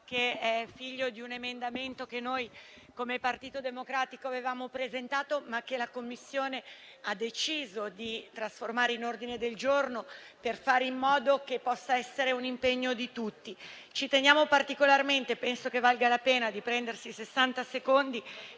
esso è figlio di un emendamento che noi, come Partito Democratico, avevamo presentato, ma che la Commissione ha deciso di trasformare in ordine del giorno per fare in modo che possa essere un impegno di tutti. Ci teniamo particolarmente e penso che valga la pena di prendersi un minuto